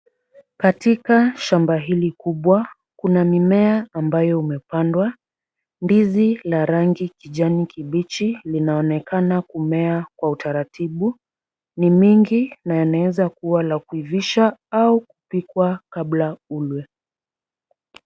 Katika shamba hili kubwa, kuna mimea ambayo imepandwa. Ndizi la rangi kijani kibichi linaonkena kumea kwa utaratibu, ni mingi, na yaweza kuwa ya kuivishwa, au kupikwa kabla ulwe.